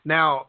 Now